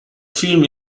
film